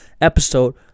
episode